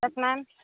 yes ma'am